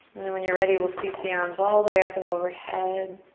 when you're ready we'll sweep the arms all the way up and overhead.